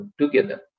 together